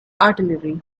artillery